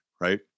right